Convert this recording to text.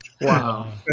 Wow